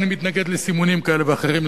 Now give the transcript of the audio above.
אני מתנגד לסימונים כאלה ואחרים,